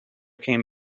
came